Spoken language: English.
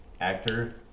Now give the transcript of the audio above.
actor